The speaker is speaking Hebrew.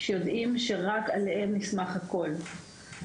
שיודעים שרק עליהם נסמך הכול.